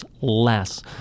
less